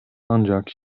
ancak